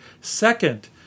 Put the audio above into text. Second